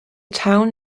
town